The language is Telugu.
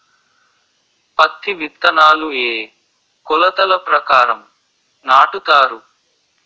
పత్తి విత్తనాలు ఏ ఏ కొలతల ప్రకారం నాటుతారు?